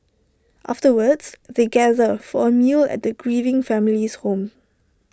afterwards they gather for A meal at the grieving family's home